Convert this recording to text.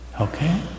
Okay